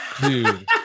dude